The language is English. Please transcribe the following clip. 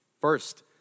First